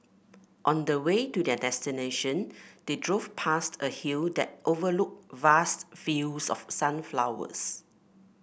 on the way to their destination they drove past a hill that overlooked vast fields of sunflowers